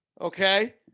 Okay